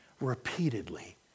repeatedly